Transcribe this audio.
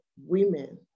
women